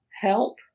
help